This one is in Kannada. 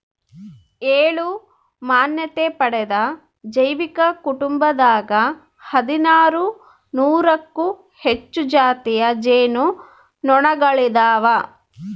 ಏಳು ಮಾನ್ಯತೆ ಪಡೆದ ಜೈವಿಕ ಕುಟುಂಬದಾಗ ಹದಿನಾರು ನೂರಕ್ಕೂ ಹೆಚ್ಚು ಜಾತಿಯ ಜೇನು ನೊಣಗಳಿದಾವ